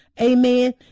Amen